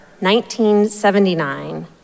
1979